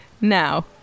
now